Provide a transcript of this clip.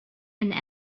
and